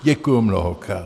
Děkuji mnohokrát.